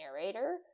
narrator